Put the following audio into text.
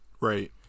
Right